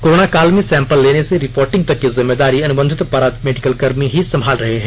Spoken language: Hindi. कोरोना काल में सैंपल लेने से रिपोर्टिंग तक की जिम्मेदारी अनुबंधित पारा मेडिकल कर्मी ही संभाल रहे हैं